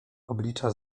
oblicza